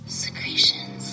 secretions